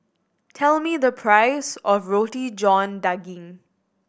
tell me the price of Roti John Daging